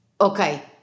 Okay